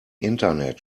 internet